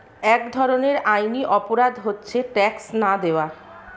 এক ধরনের আইনি অপরাধ হচ্ছে ট্যাক্স না দেওয়া